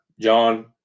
John